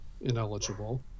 Ineligible